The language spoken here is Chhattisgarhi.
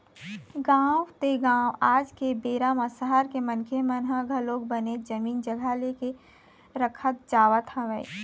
गाँव ते गाँव आज के बेरा म सहर के मनखे मन ह घलोक बनेच जमीन जघा ले के रखत जावत हवय